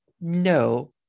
no